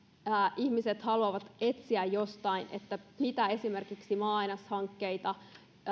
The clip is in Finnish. ihmiset haluavat etsiä jostain että mitä esimerkiksi maa aineshankkeita